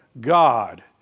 God